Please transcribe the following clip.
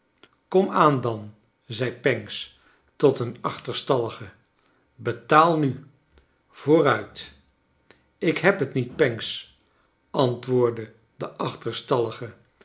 aan dan i zei pancks tot een achterstallige betaal nu vooruit ik heb het niet pancks antwoordde de achterstallige